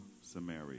Samaria